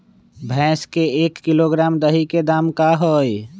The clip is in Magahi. भैस के एक किलोग्राम दही के दाम का होई?